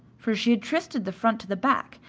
for she had twisted the front to the back,